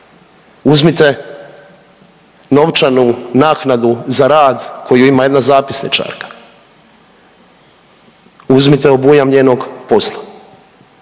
Uzmite novčanu naknadu za rad koju ima jedna zapisničarka. Uzmite obujam njenog posla.